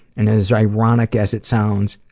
and as ironic as it sounds,